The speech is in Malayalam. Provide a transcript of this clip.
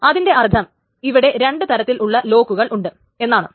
അതിന്റെ അർത്ഥം ഇവിടെ രണ്ടു തരത്തിലുള്ള ലോക്കുകൾ ഉണ്ട് എന്നാണ്